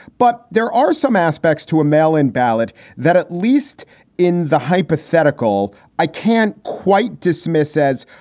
but there are some aspects to a mail in ballot that at least in the hypothetical i can't quite dismiss, says,